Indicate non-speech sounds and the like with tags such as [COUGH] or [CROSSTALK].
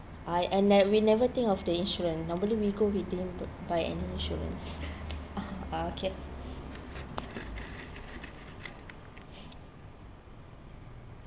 I and that we never think of the insurance normally we go we didn't b~ buy any insurance [NOISE] ah okay